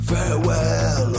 Farewell